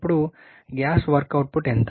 ఇప్పుడు gross work output ఎంత